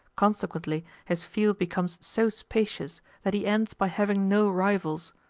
consequently his field becomes so spacious that he ends by having no rivals.